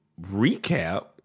recap